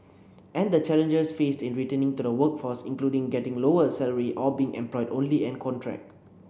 and the challenges faced in returning to the workforce including getting lower salary or being employed only on contract